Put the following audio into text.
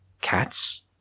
Cats